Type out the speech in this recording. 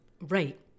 Right